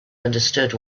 understood